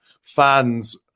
fans